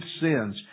sins